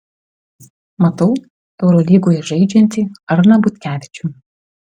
matau eurolygoje žaidžiantį arną butkevičių